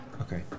Okay